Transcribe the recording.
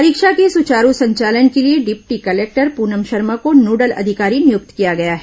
परीक्षा के सुचारू संचालन के लिए डिप्टी कलेक्टर पुनम शर्मा को नोडल अधिकारी नियुक्त किया गया है